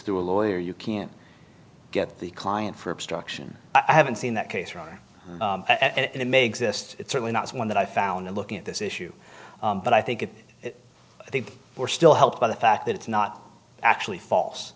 through a lawyer you can't get the client for obstruction i haven't seen that case rather it may exist it's certainly not one that i found in looking at this issue but i think it is i think we're still helped by the fact that it's not actually false